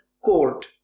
court